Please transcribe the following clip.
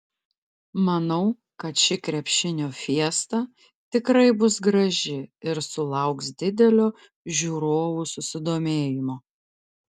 manau kad ši krepšinio fiesta tikrai bus graži ir sulauks didelio žiūrovų susidomėjimo